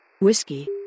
Whiskey